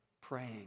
praying